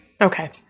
okay